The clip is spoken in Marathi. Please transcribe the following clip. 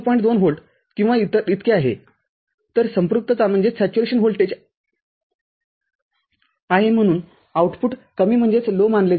२ व्होल्ट किंवा इतके आहेतर संपृक्तता व्होल्टेज आहे म्हणून आउटपुट कमी मानले जाईल